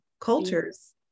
cultures